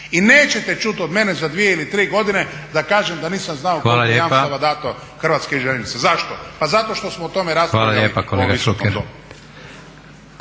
i nećete čuti od mene za 2 ili 3 godine da kažem da nisam znao koliko je jamstava dato Hrvatskim željeznicama. Zašto? Pa zato što smo o tome raspravljali u ovom visokom domu.